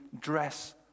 dress